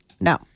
No